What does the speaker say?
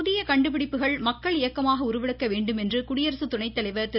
புதிய கண்டுபிடிப்புகள் மக்கள் இயக்கமாக உருவெடுக்க வேண்டும் என குடியரசுத்துணைத்தலைவர் திரு